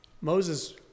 Moses